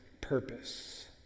purpose